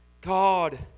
God